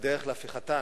בדרך להפיכתה,